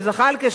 של זחאלקה,